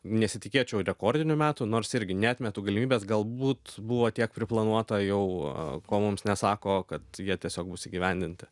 nesitikėčiau rekordinių metų nors irgi neatmetu galimybės galbūt buvo tiek priplanuota jau ko mums nesako kad jie tiesiog bus įgyvendinti